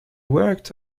worked